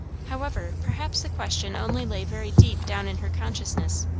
however, perhaps the question only lay very deep down in her consciousness,